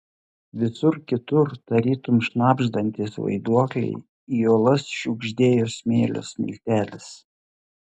visur kitur tarytum šnabždantys vaiduokliai į uolas šiugždėjo smėlio smiltelės